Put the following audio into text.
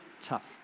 tough